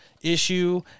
issue